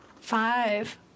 Five